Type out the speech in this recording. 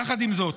יחד עם זאת,